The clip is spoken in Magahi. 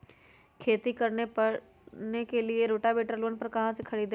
खेती करने के लिए रोटावेटर लोन पर कहाँ से खरीदे?